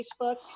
Facebook